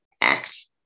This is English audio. act